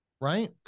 right